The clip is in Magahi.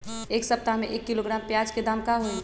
एक सप्ताह में एक किलोग्राम प्याज के दाम का होई?